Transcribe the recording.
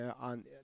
on